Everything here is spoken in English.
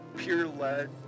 peer-led